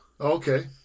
Okay